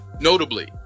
Notably